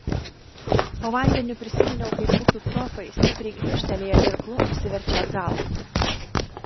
po vandeniu prisiminiau kaip upių profai stipriai grybštelėję irklu apsiverčia atgal